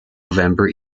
november